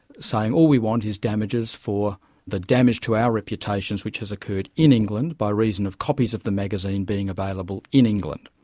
saying all we want is damages for the damage to our reputations which has occurred in england by reason of copies of the magazine being available in england.